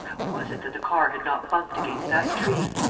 was it that the car had not bumped against that tree?